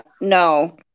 no